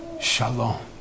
Shalom